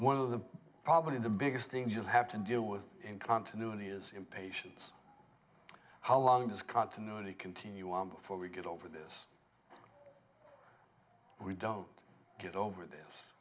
of the probably the biggest things you have to deal with in continuity is impatience how long does continuity continue on before we get over this we don't get over this